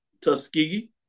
Tuskegee